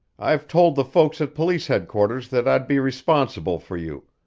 i've told the folks at police headquarters that i'd be responsible for you,